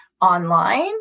online